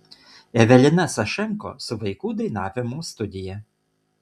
evelina sašenko su vaikų dainavimo studija